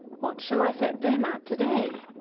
what shall i set them at to-day?